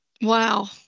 Wow